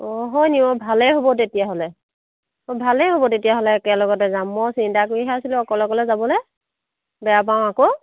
অঁ হয়নি অঁ ভালে হ'ব তেতিয়াহ'লে ভালে হ'ব তেতিয়াহ'লে একেলগতে যাম মই চিন্তা কৰিহে আছিলোঁ অকলে অকলে যাবলৈ বেয়া পাওঁ আকৌ